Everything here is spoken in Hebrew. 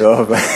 טוב.